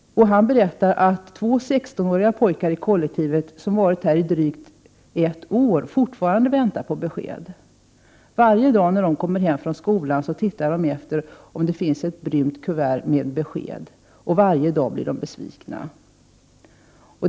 Han berättade att två 16-åriga pojkar i kollektivet, som varit där i drygt ett år, fortfarande väntar på besked. Varje dag när de kommer hem från skolan tittar de efter ett brunt kuvert som skall ge besked — och varje dag blir de besvikna.